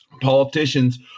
politicians